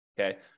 Okay